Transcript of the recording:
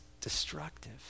destructive